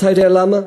אתה יודע למה?